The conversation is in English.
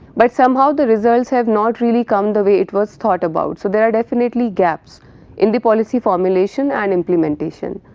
but somehow the results have not really come the way it was thought about. so, there are definitely gaps in the policy formulation and implementation.